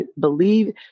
believe